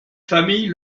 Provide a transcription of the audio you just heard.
famille